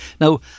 Now